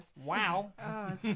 Wow